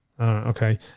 Okay